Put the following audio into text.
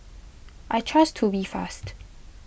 I trust Tubifast